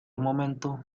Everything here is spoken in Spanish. momento